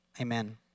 amen